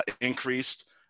increased